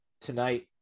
tonight